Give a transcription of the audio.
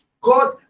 God